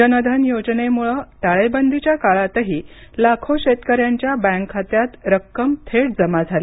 जनधन योजनेमुळे टाळेबंदीच्या काळातही लाखो शेतकऱ्यांच्या बँक खात्यात रक्कम थेट जमा झाली